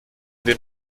den